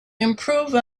improve